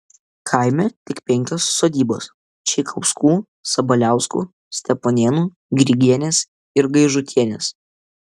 kaime tik penkios sodybos čeikauskų sabaliauskų steponėnų grigienės ir gaižutienės